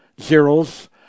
zeros